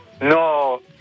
No